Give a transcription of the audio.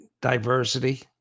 diversity